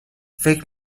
فکر